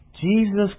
Jesus